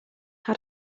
had